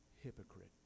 hypocrite